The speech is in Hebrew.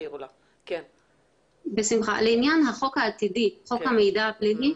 חוק המידע הפלילי,